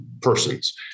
persons